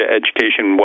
education